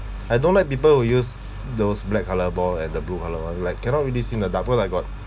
I don't like people who use those black colour ball and the blue colour [one] like cannot really see in the dark because I got